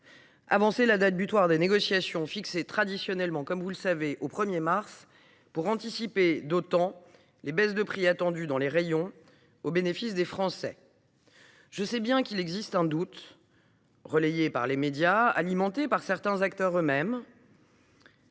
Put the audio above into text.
avancer la date butoir des négociations, fixée traditionnellement au 1mars, pour anticiper d’autant les baisses de prix attendues dans les rayons, au bénéfice de tous les Français. Je sais bien qu’il existe un doute, relayé par les médias et alimenté par certains acteurs du secteur